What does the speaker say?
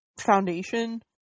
foundation